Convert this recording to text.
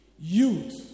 Youth